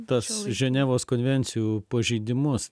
tas ženevos konvencijų pažeidimus